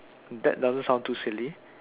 that doesn't sound too silly